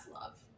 love